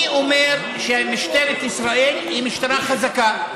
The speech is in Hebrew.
אני אומר שמשטרת ישראל היא משטרה חזקה,